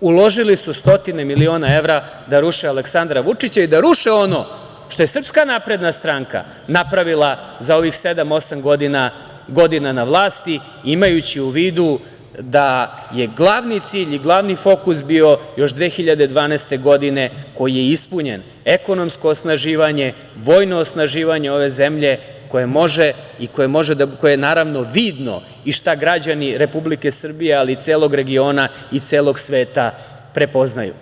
uložili su stotine miliona evra da ruše Aleksandra Vučića i da ruše ono što je SNS napravila za ovih sedam, osam godina na vlasti, imajući u vidu da je glavni cilj i glavni fokus bio još 2012. godine koji je ispunjen, ekonomsko osnaživanje, vojno osnaživanje ove zemlje koje može i koje je naravno, vidno i šta građani Republike Srbije, ali i celog regiona i celog sveta prepoznaju.